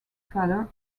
father